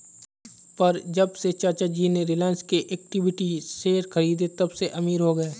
पर जब से चाचा जी ने रिलायंस के इक्विटी शेयर खरीदें तबसे अमीर हो गए